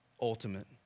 ultimate